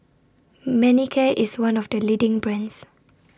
Manicare IS one of The leading brands